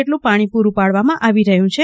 જેટલું પાણી પુરૂ પાડવામાં આવી રહેલ છે